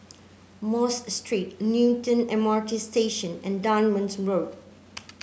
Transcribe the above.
Mosque Street Newton M R T Station and Road